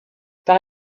par